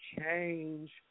change